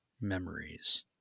memories